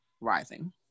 rising